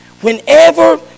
Whenever